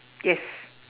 yes